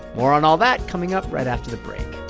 more on all that coming up right after the break